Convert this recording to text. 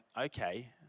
okay